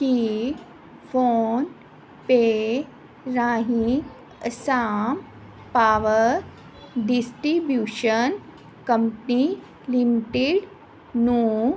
ਕਿ PhonePe ਰਾਹੀਂ Assam power distribution company limited ਨੂੰ